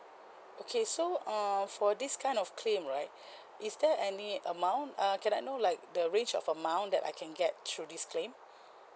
okay so err for this kind of claim right is there any amount uh can I know like the range of amount that I can get through this claim